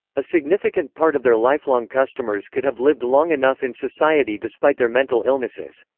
a significant part of their lifelong customers could have lived long enough in society despite their mental illnesses.